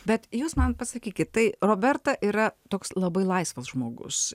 bet jūs man pasakykit tai roberta yra toks labai laisvas žmogus